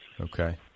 Okay